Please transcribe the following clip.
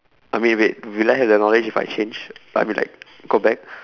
I mean wait will I have that knowledge if I change I mean like go back